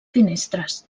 finestres